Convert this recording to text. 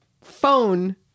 phone